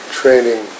training